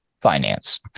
finance